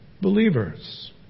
believers